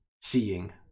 seeing